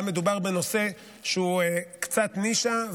היה מדובר בנושא שהוא קצת נישה,